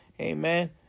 Amen